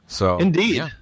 Indeed